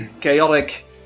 chaotic